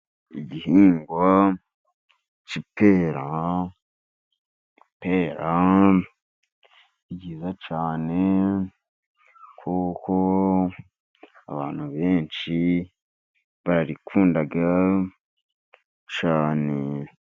Igihingwa cy'ipera, ipera ni ryiza cyane, kuko abantu benshi bararikunda cyane.